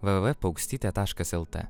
www paukstyte taškas lt